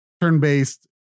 turn-based